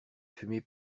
fumée